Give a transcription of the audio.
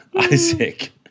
Isaac